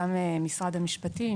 משרד המשפטים,